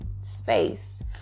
space